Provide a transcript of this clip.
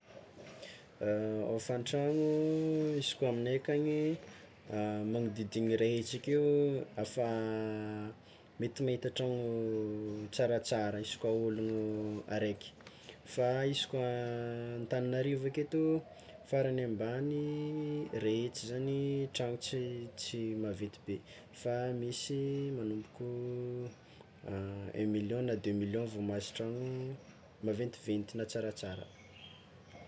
Hôfan-tragno izy koa aminay akagny, magnodidiny ray hetsy ake afa mety mahita trano tsaratsara izy koa ologno araiky fa izy Antananarivo aketo farany ambany ray hetsy zany trano tsy maventy be, fa misy magnomboko un million na deux million vao mahazo tragno maventiventy na tsaratsara.